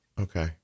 Okay